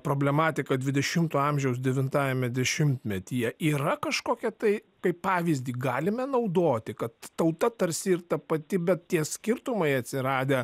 problematika dvidešimto amžiaus devintajame dešimtmetyje yra kažkokia tai kaip pavyzdį galime naudoti kad tauta tarsi ir ta pati bet tie skirtumai atsiradę